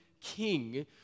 King